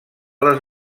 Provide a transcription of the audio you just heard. les